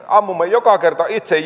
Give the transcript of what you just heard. ammumme joka kerta itse